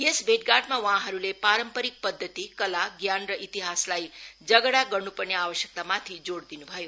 यस भेटघाटमा वहाँहरूले पारम्परिक पद्धति कला ज्ञान र इतिहासलाई जगेडा गर्न्पर्ने आवश्यकतामाथि जोड़ दिन् भयो